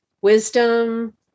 wisdom